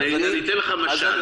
אתן לך משל.